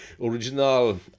original